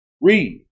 Read